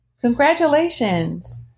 Congratulations